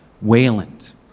Wayland